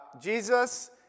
Jesus